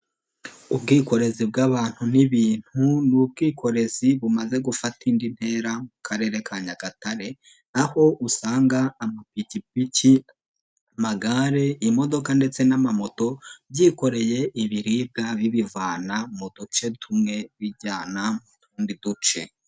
Ubwikorezi bw'abantu n'ibintu ni ubwikorezi bumaze gufata indi ntera mu Karere ka Nyagatare, aho usanga amapikipiki, amagare, imodoka ndetse n'amamoto byikoreye ibiribwa bibivana mu duce tumwe bijyana mu tundi duce.